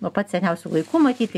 nuo pat seniausių laikų matyt